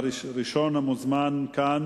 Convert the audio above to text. ראשון מוזמן לעלות לכאן